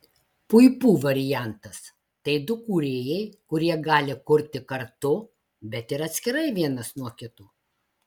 puipų variantas tai du kūrėjai kurie gali kurti kartu bet ir atskirai vienas nuo kito